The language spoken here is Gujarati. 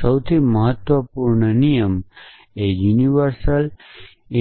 સૌથી મહત્વપૂર્ણ નિયમ એ યુનિવર્સલ